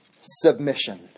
submission